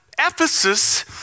Ephesus